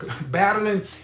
battling